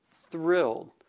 thrilled